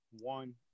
one